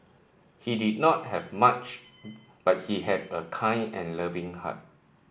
he did not have much but he had a kind and loving heart